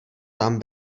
tam